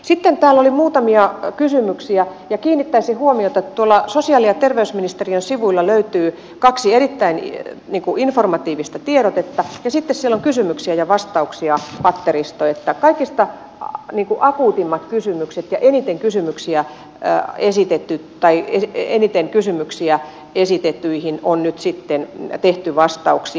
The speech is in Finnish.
sitten täällä oli muutamia kysymyksiä ja kiinnittäisin huomiota sosiaali ja terveysministeriön sivuilta löytyviin kahteen erittäin informatiiviseen tiedotteeseen ja sitten siellä on kysymyksiä ja vastauksia patteristo niin että kaikista akuuteimpiin ja eniten kysymyksiä ja esitetty tai esiteeniten kysymyksiä esitettyihin kysymyksiin on nyt sitten tehty vastauksia